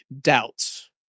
doubts